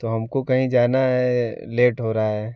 तो हमको कहीं जाना है लेट हो रहा है